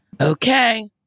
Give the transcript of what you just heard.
Okay